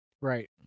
Right